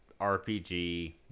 RPG